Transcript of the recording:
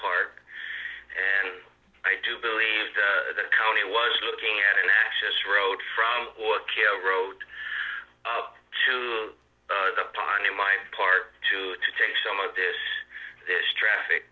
park and i do believe the county was looking at an ashes road from or kill road up to the pond in my part to take some of this this traffic